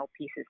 pieces